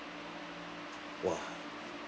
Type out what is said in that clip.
!wah!